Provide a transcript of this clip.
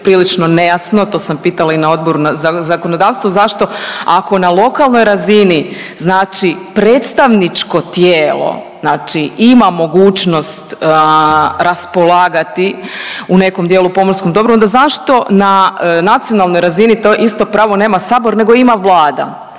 prilično nejasno, to sam pitala i na Odboru za zakonodavstvo zašto, ako na lokanoj razini znači predstavničko tijelo, znači ima mogućnost raspolagati u nekom dijelu pomorskom dobru, onda zašto na nacionalnoj razini to isto pravo nema Sabor nego ima Vlada